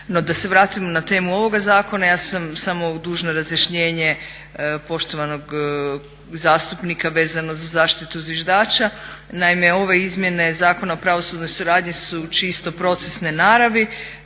da se vratimo na temu ovoga zakona. Ja sam samo dužna razjašnjenje poštovanog zastupnika vezano za zaštitu zviždača. Naime, ove izmjene Zakona o pravosudnoj suradnji su čisto procesne naravi.